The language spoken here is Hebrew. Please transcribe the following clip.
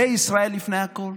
זה "ישראל לפני הכול"?